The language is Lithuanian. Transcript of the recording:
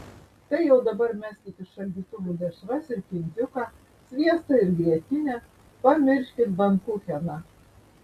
tai jau dabar meskit iš šaldytuvų dešras ir kindziuką sviestą ir grietinę pamirškit bankucheną